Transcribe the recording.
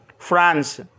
France